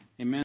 Amen